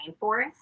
rainforest